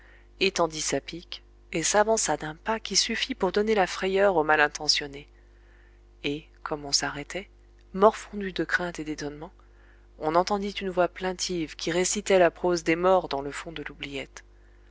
l'oubliette étendit sa pique et s'avança d'un pas qui suffit pour donner la frayeur aux malintentionnés et comme on s'arrêtait morfondu de crainte et d'étonnement on entendit une voix plaintive qui récitait la prose des morts dans le fond de l'oubliette